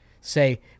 say